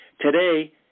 Today